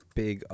big